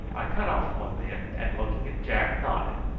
i cut off one then, and looking at jack nodded,